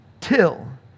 Till